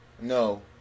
no